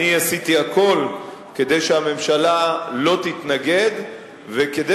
עשיתי הכול כדי שהממשלה לא תתנגד וכדי